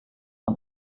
und